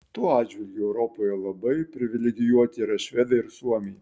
tuo atžvilgiu europoje labai privilegijuoti yra švedai ir suomiai